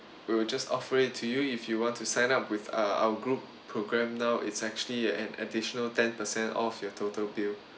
we will just offer it to you if you want to sign up with uh our group program now it's actually an additional ten percent off your total bill